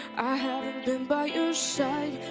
i haven't been by your side